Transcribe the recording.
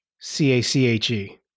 C-A-C-H-E